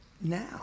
now